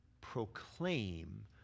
proclaim